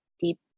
deep